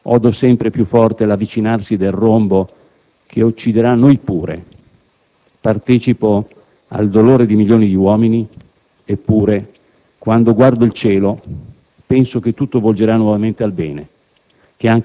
sempre più forte l'avvicinarsi del rombo che ucciderà noi pure, partecipo al dolore di milioni di uomini, eppure, quando guardo il cielo, penso che tutto volgerà nuovamente al bene,